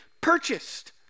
purchased